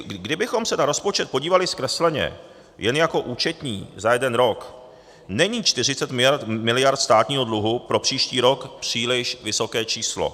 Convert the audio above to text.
Kdybychom se na rozpočet podívali zkresleně jen jako účetní za jeden rok, není 40 mld. státního dluhu pro příští rok příliš vysoké číslo.